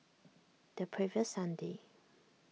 the previous sunday